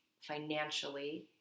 financially